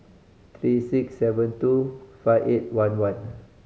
three six seven two five eight one one